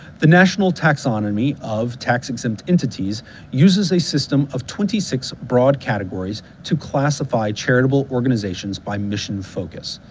the national taxonomy of tax exempt entities uses a system of twenty six broad categories to classify charitable organizations by mission focus.